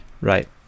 Right